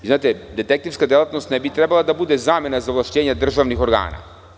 Znate, detektivska delatnost ne bi trebalo da bude zamena za ovlašćenja državnih organa.